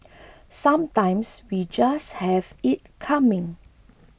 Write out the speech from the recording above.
sometimes we just have it coming